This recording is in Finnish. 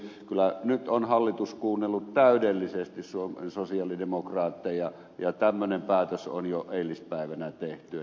kyllä nyt on hallitus kuunnellut täydellisesti sosialidemokraatteja ja tämmöinen päätös on jo eilispäivänä tehty